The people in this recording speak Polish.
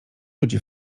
ludzi